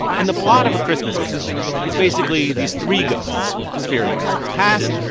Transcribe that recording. and the plot of a christmas carol is basically these three ghosts spirit of christmas past,